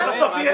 מסתובבים.